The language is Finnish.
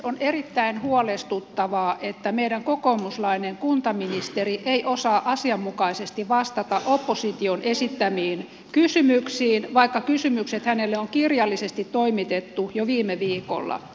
on erittäin huolestuttavaa että meidän kokoomuslainen kuntaministerimme ei osaa asianmukaisesti vastata opposition esittämiin kysymyksiin vaikka kysymykset hänelle on kirjallisesti toimitettu jo viime viikolla